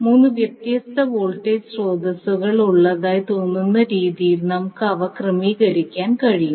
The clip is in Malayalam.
3 വ്യത്യസ്ത വോൾട്ടേജ് സ്രോതസ്സുകൾ ഉള്ളതായി തോന്നുന്ന രീതിയിൽ നമുക്ക് അവ ക്രമീകരിക്കാൻ കഴിയും